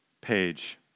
page